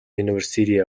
university